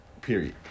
period